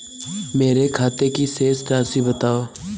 मेरे खाते की शेष राशि बताओ?